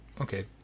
Okay